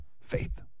Faith